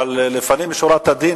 אבל לפנים משורת הדין,